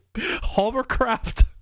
hovercraft